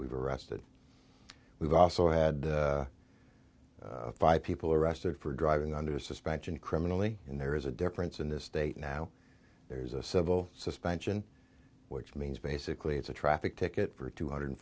we've arrested we've also had five people arrested for driving under suspension criminally and there is a difference in this state now there's a civil suspension which means basically it's a traffic ticket for two hundred